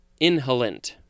inhalant